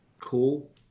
cool